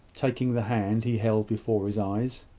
taking the hand he held before his eyes.